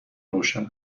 روشن